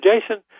Jason